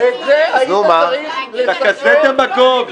את זה היית צריך --- אתה כזה דמגוג.